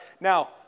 Now